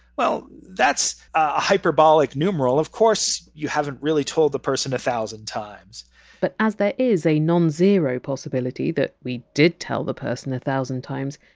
well, that's a hyperbolic numeral of course. you haven't really told the person a thousand times but, as there is a non-zero possibility that we did tell the person a thousand times,